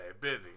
Busy